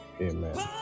amen